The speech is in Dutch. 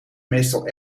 meestal